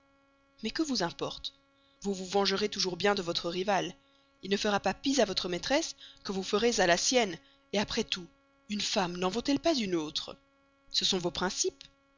mais que vous importe vous vous vengerez toujours bien de votre rival il ne fera pas pis à votre maîtresse que vous ferez à la sienne après tout une femme n'en vaut-elle une autre ce sont vos principes